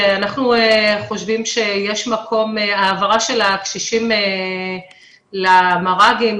אנחנו חושבים שההעברה של הקשישים למר"גים